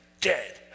dead